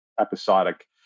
episodic